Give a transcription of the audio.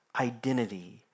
identity